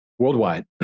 worldwide